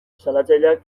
salatzaileak